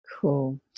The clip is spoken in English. Cool